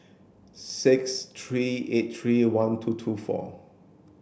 six three eight three one two two four